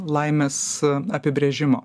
laimės apibrėžimo